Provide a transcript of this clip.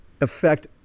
affect